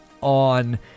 on